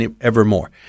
evermore